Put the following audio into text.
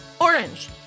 Orange